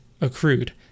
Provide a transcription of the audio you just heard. accrued